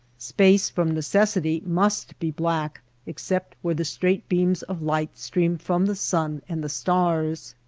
space from necessity must be black except where the straight beams of light stream from the sun and the stars.